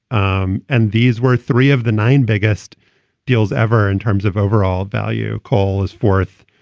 um and these were three of the nine biggest deals ever in terms of overall value. cole is fourth,